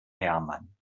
hermann